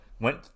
Went